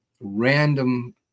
random